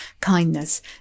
kindness